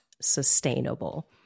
sustainable